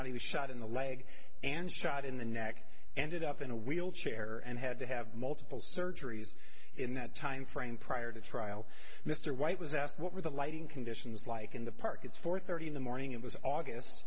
out he was shot in the leg and shot in the neck ended up in a wheelchair and had to have multiple surgeries in that time frame prior to trial mr white was asked what were the lighting conditions like in the park it's four thirty in the morning it was